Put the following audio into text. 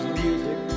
music